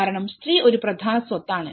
കാരണം സ്ത്രീ ഒരു പ്രധാന സ്വത്താണ്